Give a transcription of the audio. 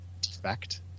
defect